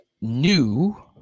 new